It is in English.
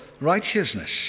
righteousness